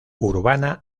urbana